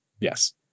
Yes